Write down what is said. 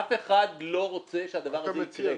אף אחד לא רוצה שהדבר הזה יקרה.